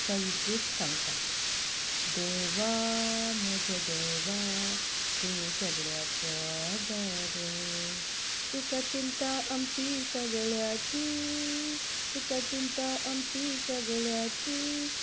कवितेंत सांगतां देवा म्हज्या देवा तूं सगळ्यांचो आदार रे तुका चिंता आमची सगळ्यांची तुका चिंता आमची सगळ्यांची